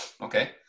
okay